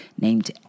named